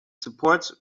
supports